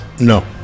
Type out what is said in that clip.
No